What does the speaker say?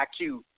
IQ